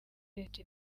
leta